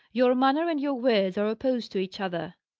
your manner and your words are opposed to each other,